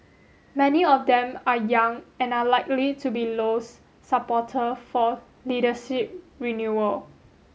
many of them are young and are likely to be Low's supporter for leadership renewal